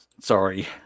Sorry